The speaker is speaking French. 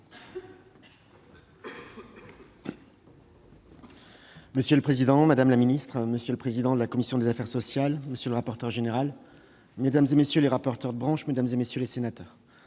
Monsieur le président, madame la ministre, monsieur le président de la commission des affaires sociales, monsieur le rapporteur général, mesdames, messieurs les rapporteurs de branches, mesdames, messieurs les sénateurs,